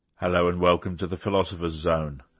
hello and welcome to the philosopher's zone.